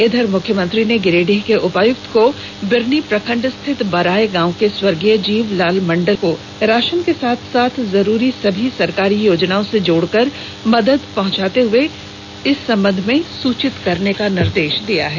इधर मुख्यमंत्री ने गिरिडीह के उपायुक्त को बिरनी प्रखंड स्थित बराय गांव के स्वर्गीय जीवलाल मंडल के परिजर्नो को राशन के साथ साथ जरूरी सभी सरकारी योजनाओं से जोड़ कर मदद पहुंचाते हुए सूचित करने का निर्देश दिया है